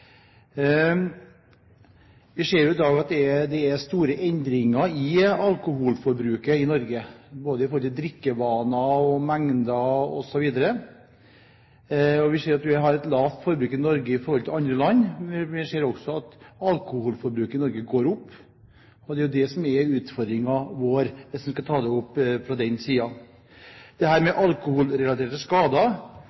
Vi ser i dag at det er store endringer i alkoholforbruket i Norge, både med tanke på drikkevaner og mengde. Vi ser at vi har et lavt forbruk i Norge sammenlignet med andre land, men vi ser også at alkoholforbruket i Norge går opp. Det er jo det som er utfordringen vår, hvis vi skal se det fra den siden. De alkoholrelaterte skadene er veldig store med